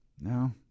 No